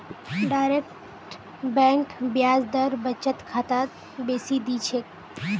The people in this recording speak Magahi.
डायरेक्ट बैंक ब्याज दर बचत खातात बेसी दी छेक